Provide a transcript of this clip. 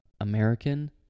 American